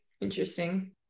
Interesting